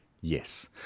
Yes